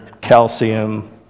calcium